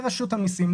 לרשות המיסים,